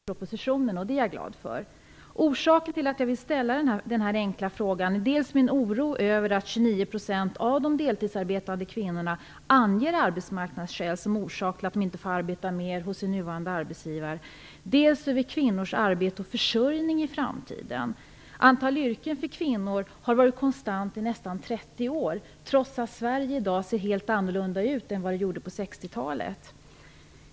Fru talman! Jag vill börja med att tacka arbetsmarknadsministern för svaret. Det var länge sedan jag ställde den här frågan, och vissa synpunkter har jag fått gehör för i budgetpropositionen, och det är jag glad för. Orsaken till att jag ville ställa den här enkla frågan är dels min oro över att 29 % av de deltidsarbetande kvinnorna anger arbetsmarknadsskäl som orsak till att de inte får arbeta mer hos sin nuvarande arbetsgivare, dels oro över kvinnors arbete och försörjning i framtiden - antalet yrken för kvinnor har varit konstant i nästan 30 år, trots att Sverige i dag ser helt annorlunda ut än vad det gjorde på 60-talet.